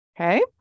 Okay